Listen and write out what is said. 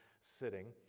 sitting